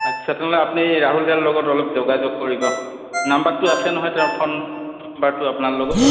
আচ্ছা তেনেহ'লে আপুনি ৰাহুলদাৰ লগত অলপ যোগাযোগ কৰিব নাম্বাৰটো আছে নহয় তেওঁৰ ফোন নাম্বাৰটো আপোনাৰ লগত